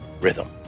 rhythm